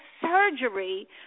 surgery